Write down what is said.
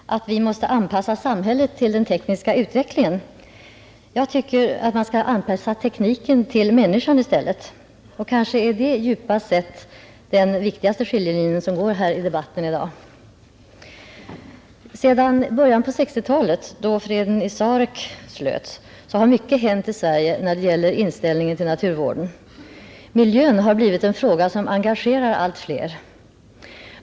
Herr talman! Herr Haglund sade nyss att vi måste anpassa samhället till den tekniska utvecklingen. Jag tycker att man skall anpassa tekniken till människan i stället. Kanske är det djupast sett den viktigaste skiljelinje som går här i debatten i dag. Sedan början av 1960-talet, då ”freden i Sarek” slöts har mycket hänt i Sverige när det gäller inställningen till naturvården. Miljön har blivit en fråga som engagerar allt fler.